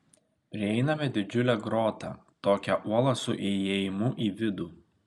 prieiname didžiulę grotą tokią uolą su įėjimu į vidų